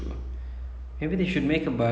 mm like